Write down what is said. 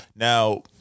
Now